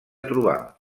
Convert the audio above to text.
trobar